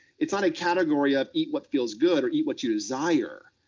it's not a category of eat what feels good or eat what you desire.